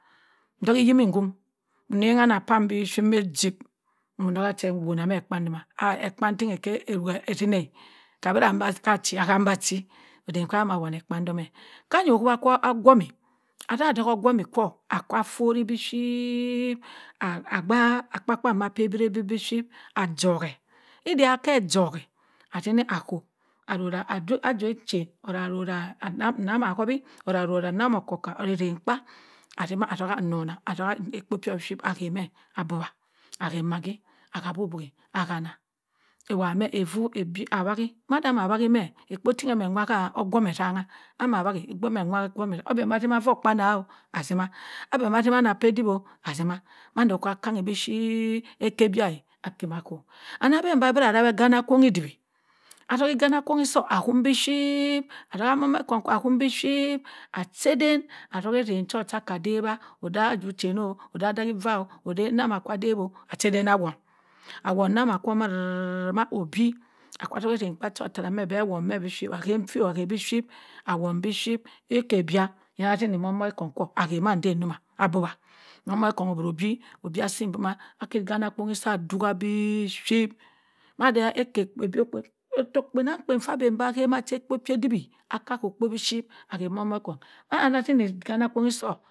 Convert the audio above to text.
Ndokha ayimi nkum enana anna pa biphyit ma ajip ndok che wonna me ekpa domma ekpan ting awobh atzinna ko irra abenbi ka achi aham ba achi, adem cha be amam awon ekpan do me, ka nna owowbh ka ogowmi ada atzuk ogowmi kwa aka afuri biphyit abak apakapu ka ababirabit biphyit a chok ke ida ake achok-e atzini ako arowa ahowi or arowa mamah okkoka or ezen kpa atzim atoka annona ako po bipyht aha mẹ abowa aha maggi aha aboboyi aha anna awowbhme avu aa biy awaki mada ama awaki mẹ kpo tin emma nwa ha ogowmi ezanga ama awaki abanbi atzima avokpa ana atzima abanbi atzima anna pa eduwi atzima mando kwa akane biphyit eka oba akima ako anna bẹnn bi amma rawa ekanna eduwi atsini ekanna akoniy so awohm biphyt adok maomo kong awom biphyit a chaden atzuki azen cho aka dawa oda aduwi egan-o oda adowi va oda nama kwa adawi-o achabeen awonh awon nama kwu mazizima obiy aka atzuka eten ekpa cho bẹ awon mẹ biphyit aha invi aha biphyit awon biphyit eke abaa ana sin maomo kong kwo a ha ma eden doma abowa maomo kong obiro obi obi asi doma aki ekanna ekpo sa adoka biphyit mada aka ottokh kpanankpan sa abenbi aha macha ekpo pa eduwi aka dokpo biphyit aha maomo kong mẹ ana sini akanna akoniy so.